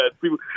people